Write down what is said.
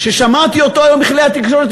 ששמעתי אותו היום בכלי התקשורת,